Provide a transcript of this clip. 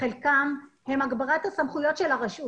חלקן הן הגברת הסמכויות של הרשות